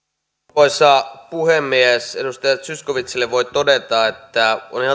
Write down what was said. arvoisa puhemies edustaja zyskowiczille voi todeta että on ihan